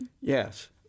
Yes